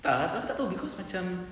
entah aku rasa tak tahu cause macam